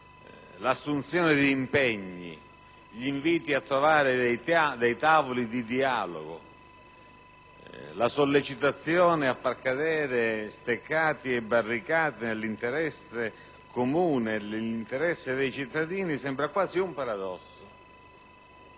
all'assunzione di impegni, all'invito a trovare tavoli di dialogo, alla sollecitazione a far cadere steccati e barricate nell'interesse comune, dei cittadini. Sembra quasi un paradosso